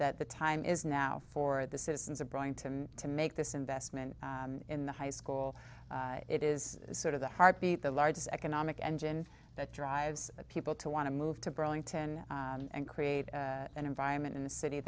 that the time is now for the citizens of brian to me to make this investment in the high school it is sort of the heartbeat the largest economic engine that drives people to want to move to burlington and create an environment in the city